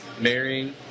marrying